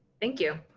thank you.